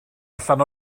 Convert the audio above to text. allan